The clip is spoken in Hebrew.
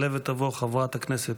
תעלה ותבוא חברת הכנסת